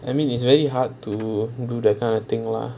I mean it's very hard to do that kind of thing lah